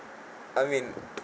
I mean